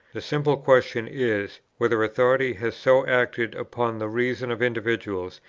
the simple question is, whether authority has so acted upon the reason of individuals,